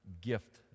gift